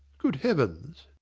good heavens